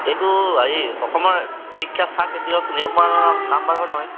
এইটো হেৰি অসমৰ বিখ্যাত চাহ খেতিয়ক নাম্বাৰ হয় নহয়